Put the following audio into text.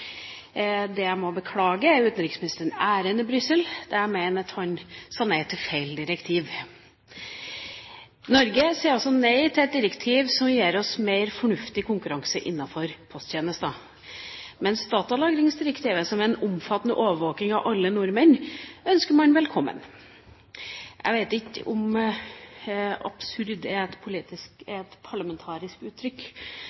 Det jeg må beklage, er utenriksministerens ærend i Brussel, der jeg mener at han sa nei til feil direktiv. Norge sier altså nei til et direktiv som gir oss mer fornuftig konkurranse innenfor posttjenester, mens datalagringsdirektivet, som er en omfattende overvåking av alle nordmenn, ønsker man velkommen. Jeg vet ikke om absurd er et